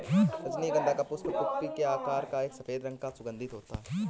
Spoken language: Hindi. रजनीगंधा का पुष्प कुप्पी के आकार का और सफेद रंग का सुगन्धित होते हैं